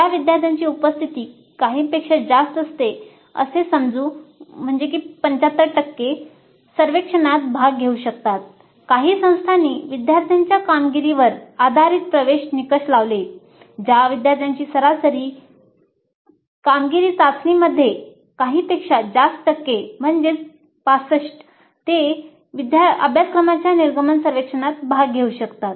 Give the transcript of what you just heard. ज्या विद्यार्थ्यांची उपस्थिती काहींपेक्षा जास्त असते असे समजू ते अभ्यासक्रमाच्या निर्गमन सर्वेक्षणात भाग घेऊ शकतात